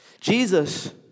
Jesus